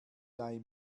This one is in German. leih